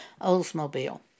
Oldsmobile